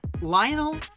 Lionel